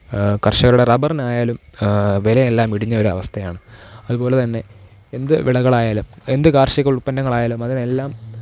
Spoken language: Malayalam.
കര്ഷകരുടെ റബറിനായാലും വിലയെല്ലാം ഇടിഞ്ഞ ഒരു അവസ്ഥയാണ് അതുപോലെത്തന്നെ എന്ത് വിളകളായാലും എന്ത് കാര്ഷിക ഉത്പന്നങ്ങളായാലും അതിനെല്ലാം